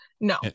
No